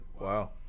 Wow